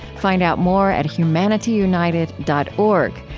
find out more at humanityunited dot org,